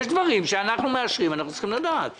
יש דברים שכאשר אנחנו מאשרים אנחנו צריכים לדעת.